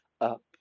up